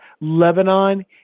Lebanon